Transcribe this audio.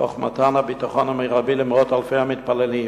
תוך מתן הביטחון המרבי למאות אלפי המתפללים.